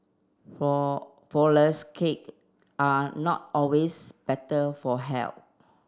fall cakes are not always better for health